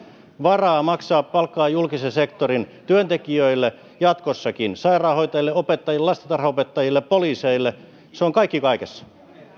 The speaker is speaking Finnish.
varaa maksaa palkkaa julkisen sektorin työntekijöille jatkossakin sairaanhoitajille opettajille lastentarhanopettajille ja poliiseille se on kaikki kaikessa